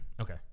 Okay